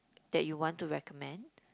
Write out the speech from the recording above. that you want to recommend